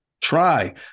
Try